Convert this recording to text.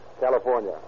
California